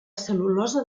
cel·lulosa